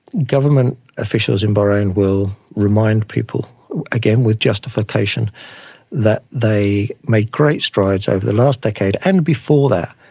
government officials in bahrain will remind people again with justification that they made great strides over the last decade, and before that,